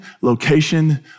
location